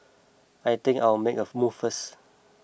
I think I'll make a move first